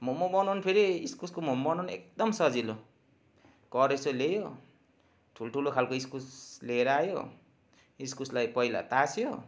मोमो बनाउन फेरि इस्कुसको मोमो बनाउन एकदम सजिलो कोरेसो ल्यायो ठुल्ठुलो खालको इस्कुस लिएर आयो इस्कुसलाई पहिला ताछ्यो